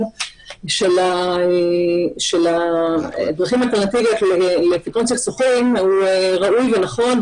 של הדרכים האלטרנטיביות לפתרון סכסוכים הוא ראוי ונכון,